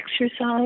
exercise